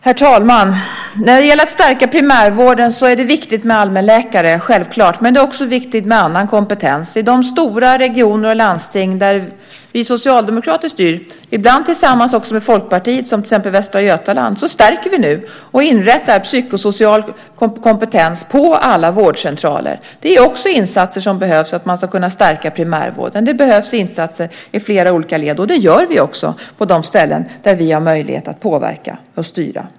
Herr talman! När det gäller att stärka primärvården är det självklart viktigt med allmänläkare, men det är också viktigt med annan kompetens. I de stora regioner och landsting där vi socialdemokrater styr - ibland också tillsammans med Folkpartiet, som i exempelvis Västra Götaland - inrättar vi nu psykosocial kompetens på alla vårdcentraler. Det är också insatser som behövs för att man ska kunna stärka primärvården. Det behövs insatser i flera olika led, och det gör vi också på de ställen där vi har möjlighet att påverka och styra.